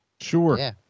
Sure